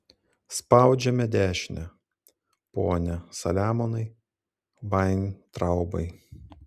spaudžiame dešinę pone saliamonai vaintraubai